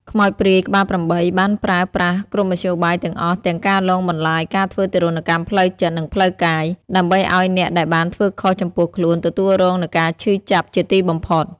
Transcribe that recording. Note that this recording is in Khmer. ខ្មោចព្រាយក្បាល៨ បានប្រើប្រាស់គ្រប់មធ្យោបាយទាំងអស់ទាំងការលងបន្លាច ការធ្វើទារុណកម្មផ្លូវចិត្ត និងផ្លូវកាយ ដើម្បីឲ្យអ្នកដែលបានធ្វើខុសចំពោះខ្លួនទទួលរងនូវការឈឺចាប់ជាទីបំផុត។